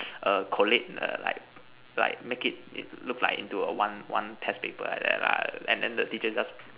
err collate err like like make it look like into a one one test paper like that lah and then the teacher just